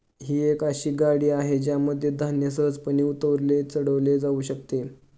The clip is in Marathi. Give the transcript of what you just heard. ही एक अशी गाडी आहे ज्यामध्ये धान्य सहजपणे उतरवले चढवले जाऊ शकते